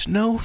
no